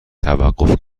توقف